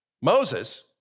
Moses